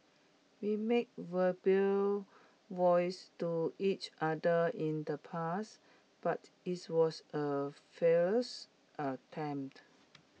we made verbal vows to each other in the past but IT was A fearless attempt